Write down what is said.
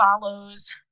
follows